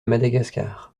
madagascar